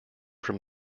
from